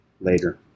later